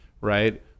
right